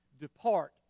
depart